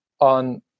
on